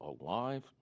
Alive